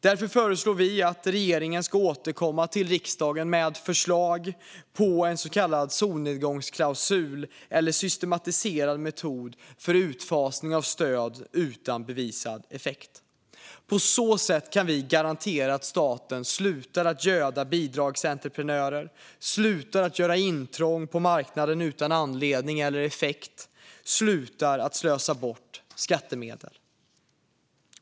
Därför föreslår vi att regeringen ska återkomma till riksdagen med förslag till en så kallad solnedgångsklausul eller en systematiserad metod för utfasning av stöd utan bevisad effekt. På så sätt kan vi garantera att staten slutar att göda bidragsentreprenörer, slutar att göra intrång på marknaden utan anledning eller effekt och slutar att slösa bort skattemedel.